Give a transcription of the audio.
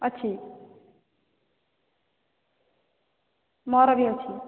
ଅଛି ମୋର ବି ଅଛି